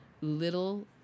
little